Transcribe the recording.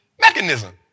mechanism